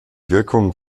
wirkungen